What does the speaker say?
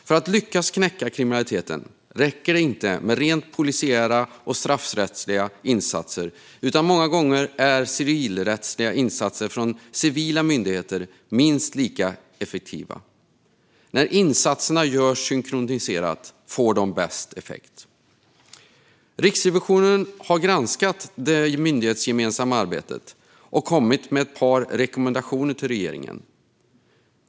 För att lyckas knäcka kriminaliteten räcker det nämligen inte med rent polisiära och straffrättsliga insatser, utan många gånger är civilrättsliga insatser från civila myndigheter minst lika effektiva. När insatserna görs synkroniserat får de bäst effekt. Riksrevisionen har granskat det myndighetsgemensamma arbetet och kommit med ett par rekommendationer till regeringen.